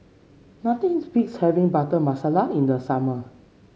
nothing beats having Butter Masala in the summer